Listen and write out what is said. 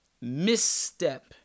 misstep